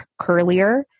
curlier